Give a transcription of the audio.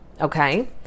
Okay